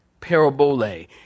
parabole